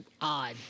odd